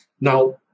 Now